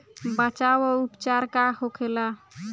बचाव व उपचार का होखेला?